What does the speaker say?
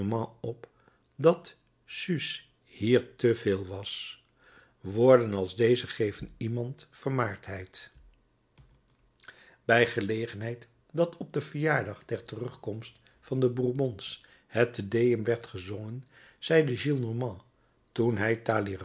op dat sus hier te veel was woorden als deze geven iemand vermaardheid bij gelegenheid dat op den verjaardag der terugkomst van de bourbons het te deum werd gezongen zeide gillenormand toen hij